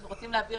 אנחנו רוצים להבהיר